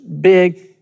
big